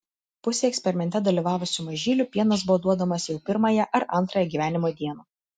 pusei eksperimente dalyvavusių mažylių pienas buvo duodamas jau pirmąją ar antrąją gyvenimo dieną